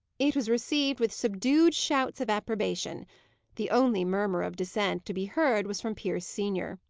it was received with subdued shouts of approbation the only murmur of dissent to be heard was from pierce senior.